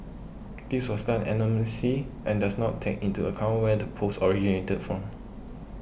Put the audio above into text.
this was done anonymously and does not take into account where the post originated from